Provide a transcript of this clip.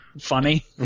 funny